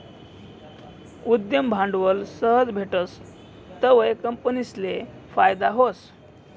उद्यम भांडवल सहज भेटस तवंय कंपनीसले फायदा व्हस